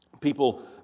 people